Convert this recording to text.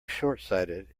shortsighted